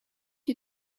you